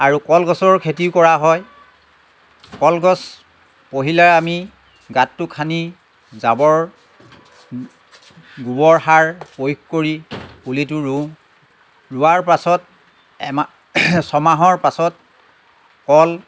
আৰু কলগছৰ খেতিও কৰা হয় কলগছ পহিলা আমি গাঁতটো খানি আমি জাবৰ গোবৰ সাৰ প্ৰয়োগ কৰি পুলিটো ৰুওঁ ৰোৱাৰ পাছত এমা ছমাহৰ পাছত কল